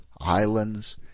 islands